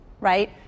right